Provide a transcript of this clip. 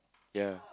ya